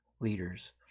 leaders